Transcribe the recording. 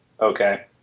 Okay